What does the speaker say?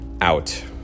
out